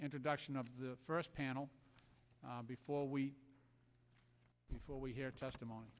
introduction of the first panel before we before we hear testimony